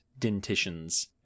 dentitions